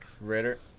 Ritter